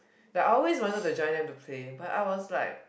they always wanted to join us to play but I was like